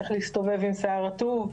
צריך להסתובב עם שיער רטוב.